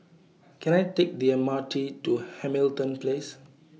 Can I Take The M R T to Hamilton Place